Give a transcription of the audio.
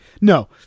No